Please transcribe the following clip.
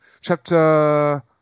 Chapter